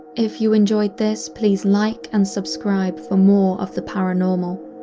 if you enjoyed this, please like and subscribe for more of the paranormal.